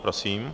Prosím.